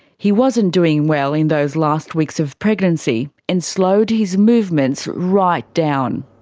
he wasn't doing well in those last weeks of pregnancy, and slowed his movements right down.